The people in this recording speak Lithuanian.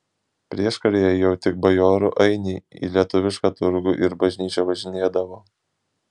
prieškaryje jau tik bajorų ainiai į lietuvišką turgų ir bažnyčią važinėdavo